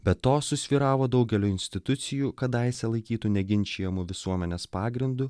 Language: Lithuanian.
be to susvyravo daugelio institucijų kadaise laikytų neginčijamu visuomenės pagrindu